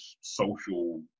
social